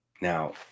now